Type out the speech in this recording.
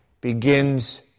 begins